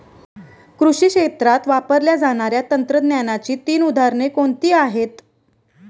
कृषी क्षेत्रात वापरल्या जाणाऱ्या तंत्रज्ञानाची तीन उदाहरणे कोणती आहेत?